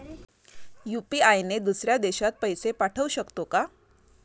UPI ने दुसऱ्या देशात पैसे पाठवू शकतो का?